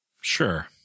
Sure